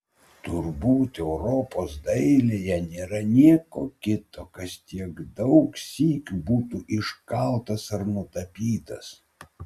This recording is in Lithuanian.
turbūt europos dailėje nėra nieko kito kas tiek daug sykių būtų iškaltas ar nutapytas